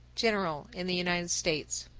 general in the united states.